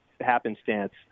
happenstance